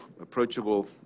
approachable